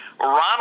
Ronald